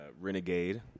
renegade